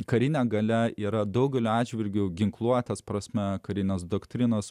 karine galia yra daugeliu atžvilgių ginkluotės prasme karinės doktrinos